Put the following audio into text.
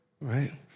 right